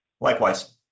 Likewise